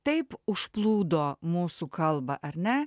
taip užplūdo mūsų kalbą ar ne